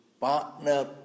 partner